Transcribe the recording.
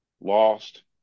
lost